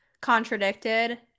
contradicted